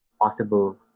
possible